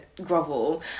grovel